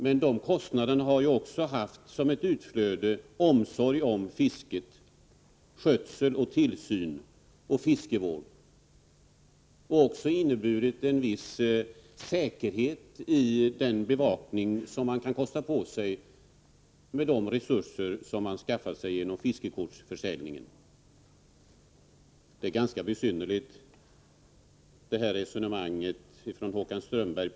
Men de kostnaderna har ju haft som ett utflöde omsorg om fisket, skötsel, tillsyn och fiskevård, och också inneburit en viss säkerhet i den bevakning som man kan kosta på sig med de resurser man skaffat sig genom fiskekortsförsäljningen. Det är ett ganska besynnerligt resonemang Håkan Strömberg för.